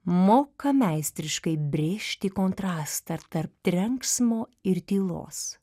moka meistriškai brėžti kontrastą tarp trenksmo ir tylos